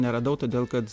neradau todėl kad